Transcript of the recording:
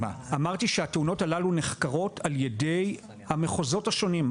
אמרתי שהתאונות הללו נחקרות על-ידי המחוזות השונים,